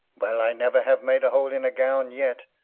well i never have made a hole in a gown yet,